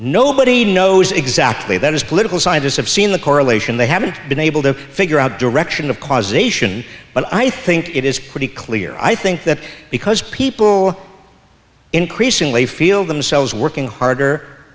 nobody knows exactly that is political scientists have seen the correlation they haven't been able to figure out direction of causation but i think it is pretty clear i think that because people increasingly feel themselves working harder